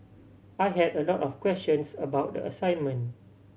I had a lot of questions about the assignment